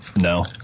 No